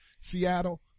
Seattle